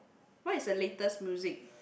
what is the latest music